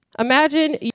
Imagine